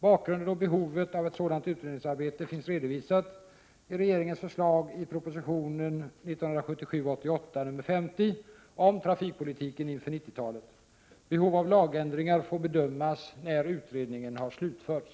Bakgrunden och behovet av ett sådant utredningsarbete finns redovisat i regeringens förslag i proposition 1987/ 88:50 om trafikpolitiken inför 1990-talet. Behov av lagändringar får bedömas när utredningen har slutförts.